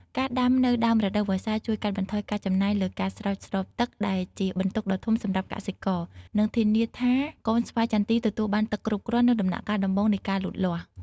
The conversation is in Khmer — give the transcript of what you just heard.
ការដាំនៅដើមរដូវវស្សាជួយ កាត់បន្ថយការចំណាយលើការស្រោចស្រពទឹក ដែលជាបន្ទុកដ៏ធំសម្រាប់កសិករ និងធានាថាកូនស្វាយចន្ទីទទួលបានទឹកគ្រប់គ្រាន់នៅដំណាក់កាលដំបូងនៃការលូតលាស់។